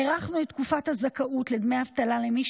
הארכנו את תקופת הזכאות לדמי אבטלה למי